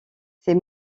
ces